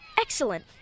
Excellent